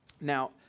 now